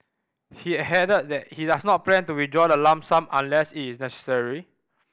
he ahead that he does not plan to withdraw the lump sum unless it is necessary